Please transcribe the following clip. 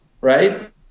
right